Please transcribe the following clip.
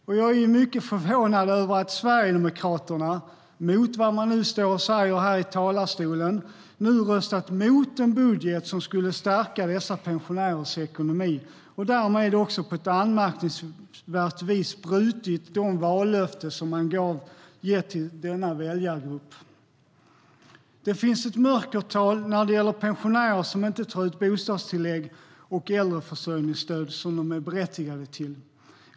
Och jag är mycket förvånad över att Sverigedemokraterna - i motsättning till vad man nu står och säger här i talarstolen - röstat mot en budget som skulle stärka dessa pensionärers ekonomi och därmed också på ett anmärkningsvärt vis brutit det vallöfte man gett till denna väljargrupp. Det finns ett mörkertal när det gäller pensionärer som inte tar ut bostadstillägg och äldreförsörjningsstöd som de är berättigade till.